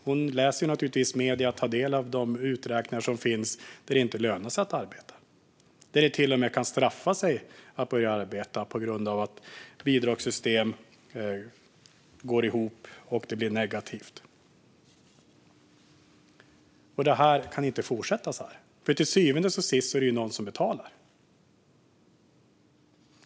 Hon läser naturligtvis medier och tar del av de uträkningar som finns och som visar att det inte lönar sig att arbeta utan att det till och med kan straffa sig att börja arbeta på grund av att bidragssystem går ihop så att det blir negativt. Det kan inte fortsätta så här. Till syvende och sist är det ju någon som betalar.